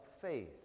faith